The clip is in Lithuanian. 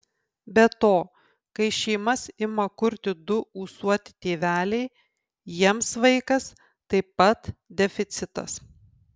be to kai šeimas ima kurti du ūsuoti tėveliai jiems vaikas taip pat deficitas